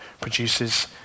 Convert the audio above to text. produces